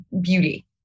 beauty